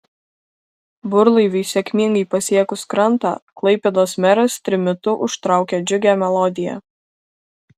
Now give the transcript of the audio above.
burlaiviui sėkmingai pasiekus krantą klaipėdos meras trimitu užtraukė džiugią melodiją